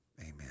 amen